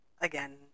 again